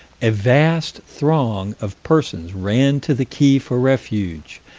a vast throng of persons ran to the quay for refuge.